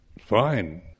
Fine